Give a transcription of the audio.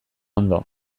ondo